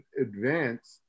advanced